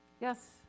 Yes